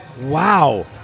Wow